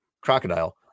crocodile